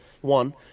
one